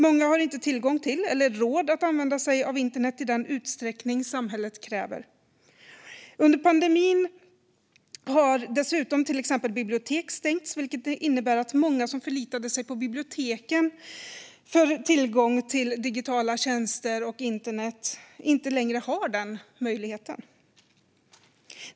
Många har inte tillgång till, eller råd, att använda sig av internet i den utsträckning samhället kräver. Under pandemin har dessutom till exempel bibliotek stängts, vilket innebär att många som förlitade sig på biblioteken för tillgång till digitala tjänster och internet inte längre har den möjligheten.